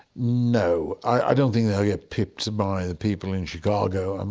no, i don't think they'll get pipped by the people in chicago. and